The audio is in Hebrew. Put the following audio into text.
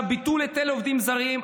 ביטול היטל עובדים זרים,